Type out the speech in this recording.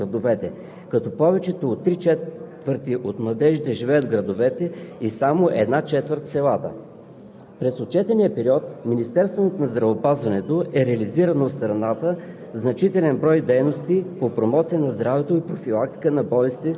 като най-тревожна е тенденцията във възрастовата група от 15 – 24 години. Запазва се нивото на миграцията на младите хора от малките населени места към градовете, като повече от три четвърти от младежите живеят в градовете и само една четвърт в селата.